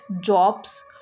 jobs